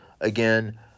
Again